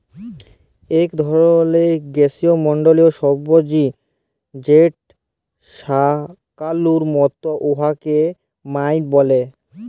ইক ধরলের গিস্যমল্ডলীয় সবজি যেট শাকালুর মত উয়াকে য়াম ব্যলে